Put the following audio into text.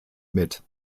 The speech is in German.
mit